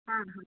ಹಾಂ ಹಾಂ